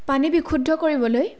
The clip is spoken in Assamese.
পানী বিশুদ্ধ কৰিবলৈ